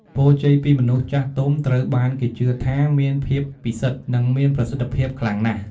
ពរជ័យពីមនុស្សចាស់ទុំត្រូវបានគេជឿថាមានភាពពិសិដ្ឋ និងមានប្រសិទ្ធភាពខ្លាំងណាស់។